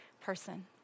person